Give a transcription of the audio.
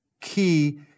key